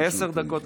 עשר דקות,